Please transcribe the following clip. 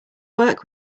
work